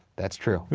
that's true.